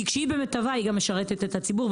כי כשהיא במיטבה היא גם משרתת את הציבור,